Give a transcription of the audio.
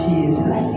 Jesus